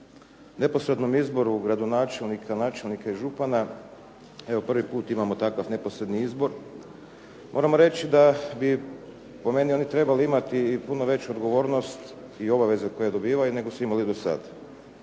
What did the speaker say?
o neposrednom izboru gradonačelnika, načelnika i župana evo prvi put imamo takav neposredni izbor moram reći da bi po meni oni trebali imati i puno veću odgovornost i obaveze koje dobivaju nego su imali do sad.